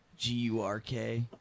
G-U-R-K